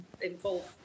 involved